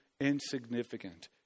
insignificant